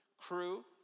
crew